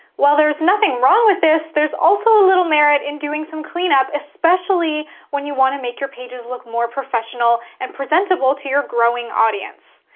while there's nothing wrong with this, there's also a little merit in doing some cleanup, especially when you want to make your pages look more professional and presentable to your growing audience.